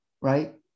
right